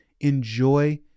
enjoy